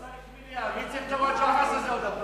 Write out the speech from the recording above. אחרת יכול להיות אבסורד ששתי ההצעות יתקבלו.